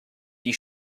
die